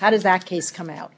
how does that case come out